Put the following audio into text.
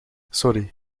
sorry